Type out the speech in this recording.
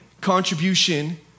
contribution